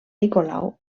nicolau